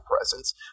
presence